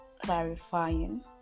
clarifying